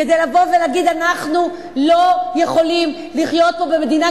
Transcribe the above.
כדי לבוא ולהגיד: אנחנו לא יכולים לחיות פה במדינה,